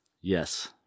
Yes